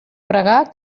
pregar